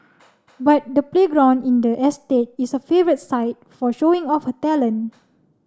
but the playground in the estate is favourite site for showing off her talent